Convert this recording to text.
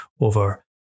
over